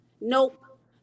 Nope